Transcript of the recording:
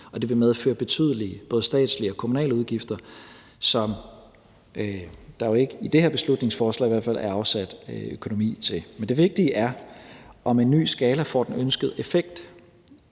og det vil medføre betydelige både statslige og kommunale udgifter, som der i hvert fald ikke i det her beslutningsforslag er afsat økonomi til. Men det vigtige er, om en ny skala får den ønskede effekt.